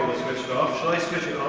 switched off shall i switch